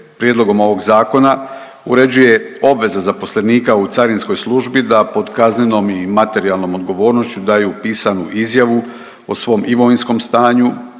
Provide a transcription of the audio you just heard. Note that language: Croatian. prijedlogom ovog zakona uređuje obveza zaposlenika u carinskoj službi, da pod kaznenom i materijalnom odgovornošću daju pisanu izjavu o svom imovinskom stanju,